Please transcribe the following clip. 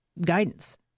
guidance